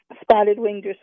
spotted-winged